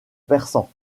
persan